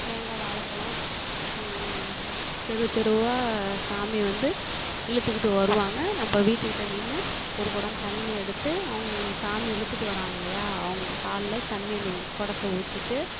தேங்காய் வாழைப் பழம் தெரு தெருவாக சாமி வந்து இழுத்துகிட்டு வருவாங்க நம்ப வீட்டுக்கிட்ட நின்று ஒரு குடம் தண்ணி எடுத்து அவங்க சாமி இழுத்துகிட்டு வராங்கலையா அவங்க காலில் தண்ணி அந்த கொடத்தை ஊற்றிட்டு